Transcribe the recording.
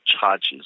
charges